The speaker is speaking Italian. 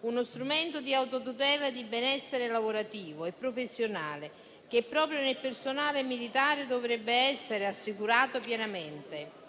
uno strumento di autotutela e di benessere lavorativo e professionale che proprio nel personale militare dovrebbe essere assicurato pienamente.